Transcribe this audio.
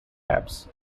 tabs